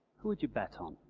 who would you bet on?